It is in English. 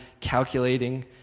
calculating